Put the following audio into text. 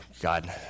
God